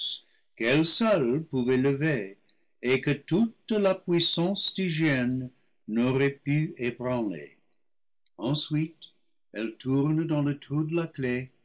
herse qu'elle seule pouvait lever et que toute la puissance stygienne n'aurait pu ébranler ensuite elle tourne dans le trou de la clef